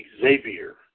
Xavier